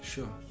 Sure